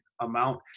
amount